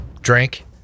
drink